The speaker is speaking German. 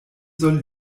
soll